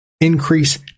Increase